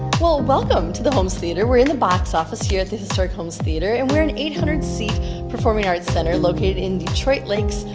well, welcome to the holmes theatre. we're in the box office here at the historic holmes theatre and we're an eight hundred seat performing arts center located in detroit lakes,